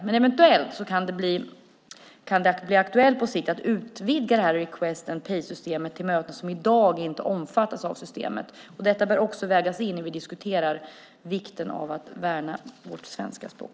Men eventuellt kan det på sikt bli aktuellt att utvidga request and pay-systemet till möten som i dag inte omfattas av systemet. Detta bör också vägas in i vikten av att värna vårt svenska språk.